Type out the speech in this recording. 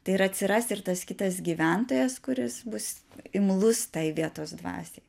tai ir atsiras ir tas kitas gyventojas kuris bus imlus tai vietos dvasiai